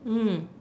mm